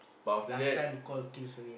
last time call kills only